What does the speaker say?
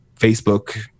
facebook